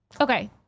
Okay